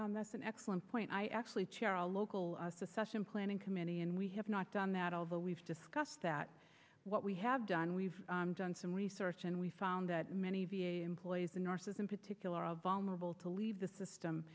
that's an excellent point i actually chair a local succession planning committee and we have not done that although we've discussed that what we have done we've done some research and we found that many v a employees and nurses in particular are vulnerable to leave the system